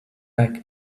back